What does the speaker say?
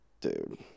dude